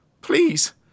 Please